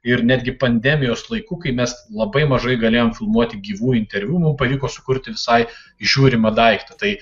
ir netgi pandemijos laiku kai mes labai mažai galėjom filmuoti gyvų interviu mum pavyko sukurti visai žiūrimą daiktą tai